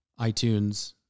iTunes